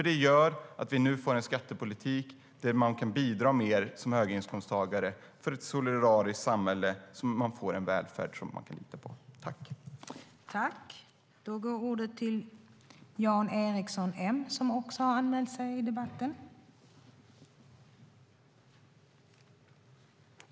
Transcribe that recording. Det gör att vi nu får en skattepolitik där man kan bidra mer som höginkomsttagare för ett solidariskt samhälle så att vi får en välfärd som man kan lita på.